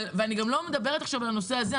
ואני גם לא מדברת על הנושא הזה,